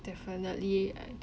definitely I'd